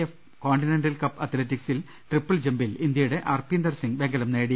F continental cup അത്ലറ്റിക്സിൽ triple ജംപിൽ ഇന്ത്യയുടെ അർപിന്ദർ സിംഗ് വെങ്കലം നേടി